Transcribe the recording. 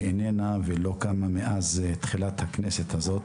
שאיננה ולא קמה מאז תחילת הכנסת הזאת.